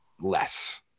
less